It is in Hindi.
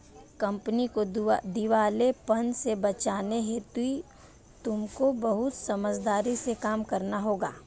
कंपनी को दिवालेपन से बचाने हेतु तुमको बहुत समझदारी से काम करना होगा